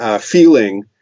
feeling